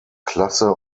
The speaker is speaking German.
klasse